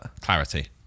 clarity